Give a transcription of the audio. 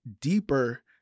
deeper